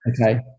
Okay